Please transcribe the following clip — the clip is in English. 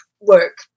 work